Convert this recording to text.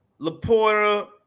LaPorta